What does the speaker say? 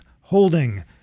holding